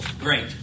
Great